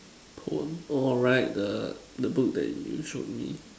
poem all right the the book that you showed me